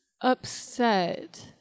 upset